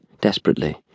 desperately